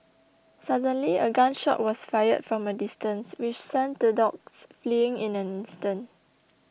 suddenly a gun shot was fired from a distance which sent the dogs fleeing in an instant